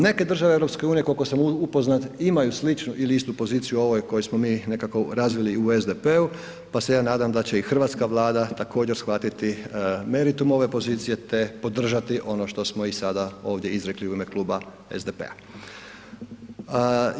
Neke države EU koliko sam upoznat imaju sličnu ili istu poziciju ovoj koju smo mi nekako razvili u SDP-u pa se ja nadam da će i hrvatska Vlada također shvatiti meritum ove pozicije te podržati ono što smo i sada ovdje izrekli u ime kluba SDP-a.